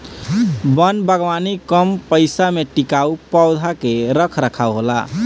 वन बागवानी कम पइसा में टिकाऊ पौधा के रख रखाव होला